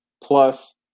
plus